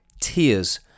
Tears